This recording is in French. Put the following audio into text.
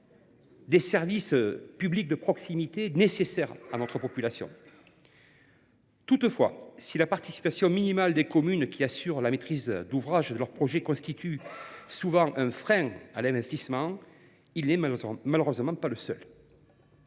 les services publics de proximité ou bien l’attractivité du territoire. Toutefois, si la participation minimale des communes assurant la maîtrise d’ouvrage de leurs projets constitue souvent un frein à l’investissement, il n’est malheureusement pas le seul.